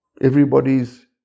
Everybody's